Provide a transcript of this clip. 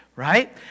right